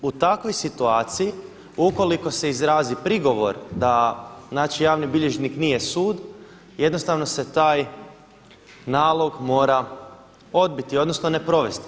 U takvoj situaciji ukoliko se izrazi prigovor da, znači javni bilježnik nije sud jednostavno se taj nalog mora odbiti, odnosno ne provesti.